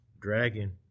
dragon